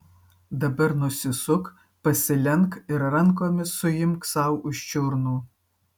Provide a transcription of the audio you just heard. dabar nusisuk pasilenk ir rankomis suimk sau už čiurnų